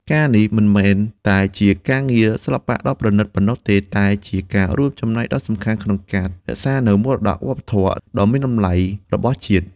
ការណ៍នេះមិនត្រឹមតែជាការងារសិល្បៈដ៏ប្រណីតប៉ុណ្ណោះទេ តែជាការរួមចំណែកដ៏សំខាន់ក្នុងការ រក្សានូវមរតកវប្បធម៌ ដ៏មានតម្លៃរបស់ជាតិ។